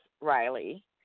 Riley